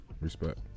Respect